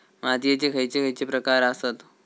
मातीयेचे खैचे खैचे प्रकार आसत?